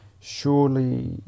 Surely